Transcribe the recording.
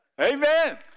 Amen